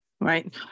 Right